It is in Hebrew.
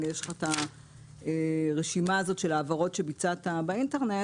יש לו את רשימת ההעברות שביצע באינטרנט,